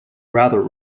rather